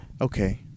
Okay